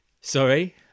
Sorry